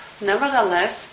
nevertheless